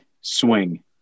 swing